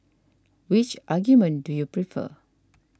which argument do you prefer